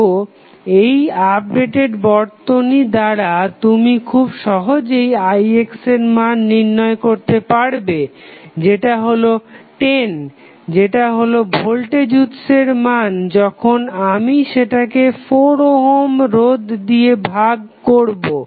তো এই আপডেটেড বর্তনী দ্বারা তুমি খুব সহজেই ix এর মান নির্ণয় করতে পারবে যেটা হলো 10 যেটা হলো ভোল্টেজ উৎসের মান যখন আমি সেটাকে 4 ওহম রোধ দিয়ে ভাগ করবো